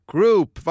Group